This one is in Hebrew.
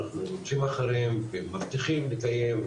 אנחנו רודפים אחרים והם מבטיחים לקיים,